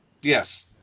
Yes